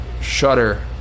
shutter